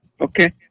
Okay